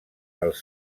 els